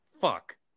Fuck